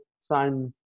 sign –